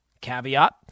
caveat